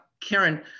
Karen